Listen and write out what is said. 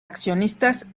accionistas